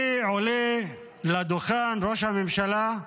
אני עולה לדוכן, ראש הממשלה,